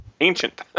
ancient